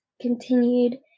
continued